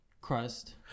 crust